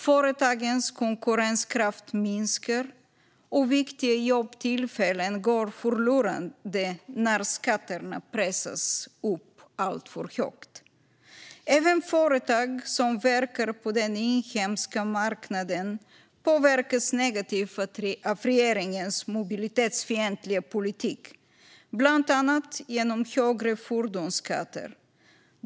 Företagens konkurrenskraft minskar, och viktiga jobbtillfällen går förlorade när skatterna pressas upp alltför högt. Även företag som verkar på den inhemska marknaden påverkas negativt av regeringens mobilitetsfientliga politik, bland annat genom högre fordonsskatter.